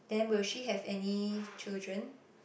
then will she have any children